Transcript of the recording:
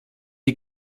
die